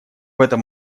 этом